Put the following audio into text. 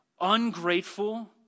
ungrateful